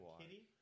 Kitty